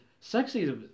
Sexy